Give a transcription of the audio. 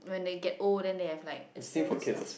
when they get old then they have like it's illnesses